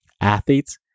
athletes